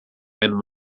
and